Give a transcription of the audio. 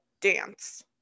dance